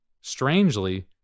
Strangely